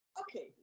Okay